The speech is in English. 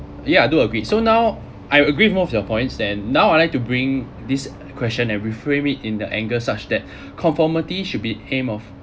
ya I do agree so now I agree more of your points and now I like to bring this question and reframe it in the angle such that conformity should be aim of